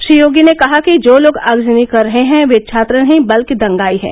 श्री योगी ने कहा कि जो लोग आगजनी कर रहे हैं वे छात्र नहीं बल्कि दंगाई हैं